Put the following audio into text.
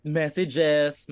messages